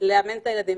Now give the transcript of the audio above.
לאמן את הילדים.